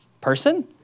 person